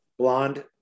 blonde